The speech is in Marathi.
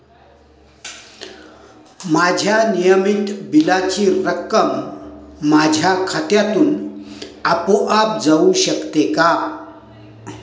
माझ्या नियमित बिलाची रक्कम माझ्या खात्यामधून आपोआप जाऊ शकते का?